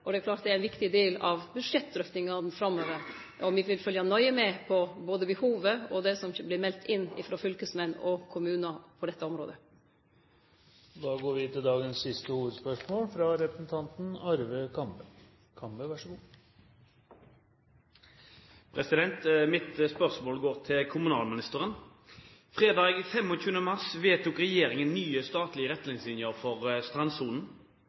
og det er klart at det er ein viktig del av budsjettdrøftingane framover. Me får følgje nøye med på både behovet og det som blir meldt inn ifrå fylkesmenn og kommunar på dette området. Vi går til neste hovedspørsmål. Mitt spørsmål går til kommunalministeren. Fredag 25. mars vedtok regjeringen nye statlige retningslinjer for strandsonen.